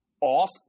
off